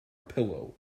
pillow